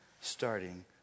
starting